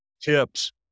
tips